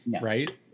Right